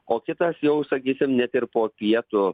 o kitas jau sakysim net ir po pietų